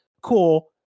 cool